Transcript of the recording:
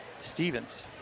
Stevens